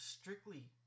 strictly